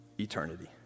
eternity